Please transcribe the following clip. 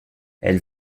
elle